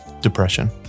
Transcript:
Depression